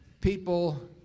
people